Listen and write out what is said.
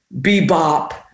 bebop